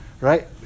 Right